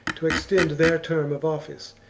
to extend their term of office.